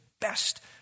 best